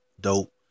Dope